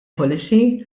policy